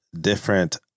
different